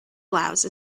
blouse